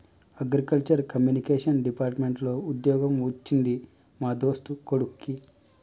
agriculture communication department లో వుద్యోగం వచ్చింది మా దోస్తు కొడిక్కి